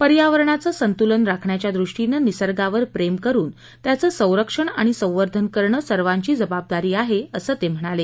पर्यावरणाचं संतुलन राखण्याच्या दृष्टीनं निसर्गावर प्रेम करून त्याचं संरक्षण आणि संवर्धन करणं सर्वांची जबाबदारी आहे असं ते म्हणाले